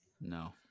No